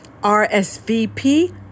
RSVP